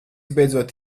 beidzot